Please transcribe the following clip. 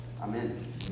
Amen